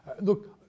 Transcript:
look